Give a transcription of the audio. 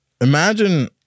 Imagine